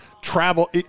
travel